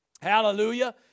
Hallelujah